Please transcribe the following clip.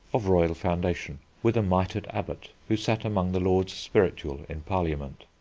of royal foundation. with a mitred abbot who sat among the lords spiritual in parliament,